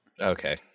Okay